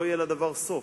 לא יהיה לדבר סוף.